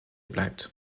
bleibt